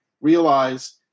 realize